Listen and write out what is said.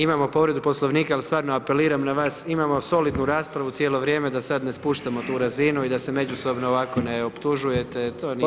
Imamo povredu Poslovnika, al stvarno apeliram na vas, imamo solidnu raspravu cijelo vrijeme da sad ne spuštamo tu razinu i da se međusobno ovako ne optužujete, to nije razina.